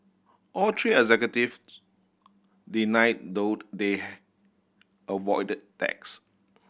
all three executives denied though they avoided tax